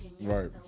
Right